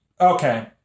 Okay